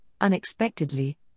unexpectedly